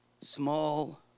small